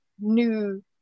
new